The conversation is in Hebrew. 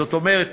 זאת אומרת,